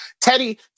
Teddy